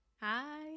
Hi